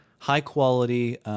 high-quality